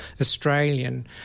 Australian